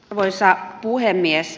arvoisa puhemies